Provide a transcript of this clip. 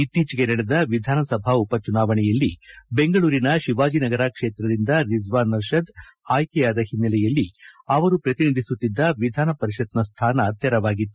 ಇತ್ತೀಚೆಗೆ ನಡೆದ ವಿಧಾನಸಭಾ ಉಪಚುನಾವಣೆಯಲ್ಲಿ ಬೆಂಗಳೂರಿನ ಶಿವಾಜಿನಗರ ಕ್ಷೇತ್ರದಿಂದ ರಿಜ್ವಾನ್ ಅರ್ಷದ್ ಆಯ್ಕೆಯಾದ ಒನ್ನೆಲೆಯಲ್ಲಿ ಅವರು ಪ್ರತಿನಿಧಿಸುತ್ತಿದ್ದ ವಿಧಾನ ಪರಿಷತ್ನ ಸ್ಟಾನ ತೆರವಾಗಿತ್ತು